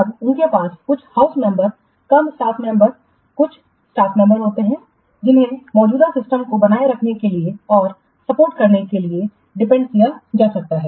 तब उनके पास कुछ house member cum staff member कुछ स्टाफ मेंबर होते हैं जिन्हें मौजूदा सिस्टम को बनाए रखने और सपोर्ट करने के लिए डिपेंड किया जा सकता है